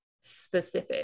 specific